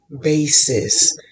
basis